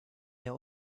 der